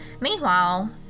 Meanwhile